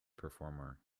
performer